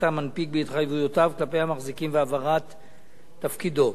המנפיק בהתחייבויותיו כלפי המחזיקים והבהרת תפקידו,